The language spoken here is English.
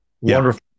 Wonderful